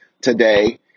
today